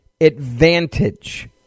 advantage